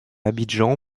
abidjan